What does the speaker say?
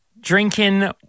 drinking